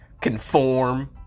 conform